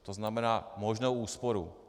To znamená možnou úsporu.